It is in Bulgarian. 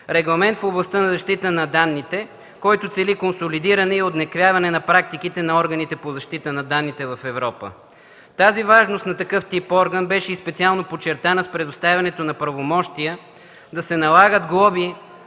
регламент в областта на защита на данните, който цели консолидиране и уеднаквяване на практиката на органите по защита на данните в Европа. Важността на такъв тип орган беше и специално подчертана с предоставянето на правомощия да се налагат глоби